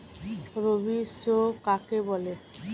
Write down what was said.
রবি শস্য কাকে বলে?